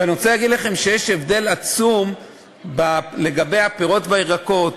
ואני רוצה להגיד לכם שיש הבדל עצום לגבי הפירות והירקות.